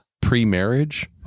pre-marriage